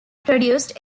produced